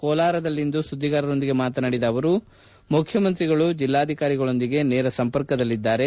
ಕೋಲಾರದಲ್ಲಿಂದು ಸುದ್ವಿಗಾರರೊಂದಿಗೆ ಮಾತನಾಡಿದ ಅವರು ಮುಖ್ಯಮಂತ್ರಿಗಳು ಜಿಲ್ಲಾಧಿಕಾರಿಗಳೊಂದಿಗ ನೇರ ಸಂಪರ್ಕದಲ್ಲಿದ್ದಾರೆ